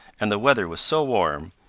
and the weather was so warm,